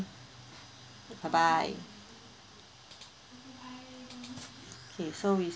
bye bye okay so we